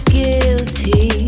guilty